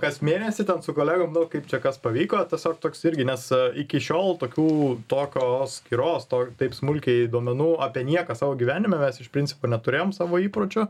kas mėnesį ten su kolegom nu kaip čia kas pavyko tiesiog toks irgi nes iki šiol tokių tokios skyros taip smulkiai duomenų apie nieką savo gyvenime mes iš principo neturėjom savo įpročio